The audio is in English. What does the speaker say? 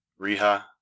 riha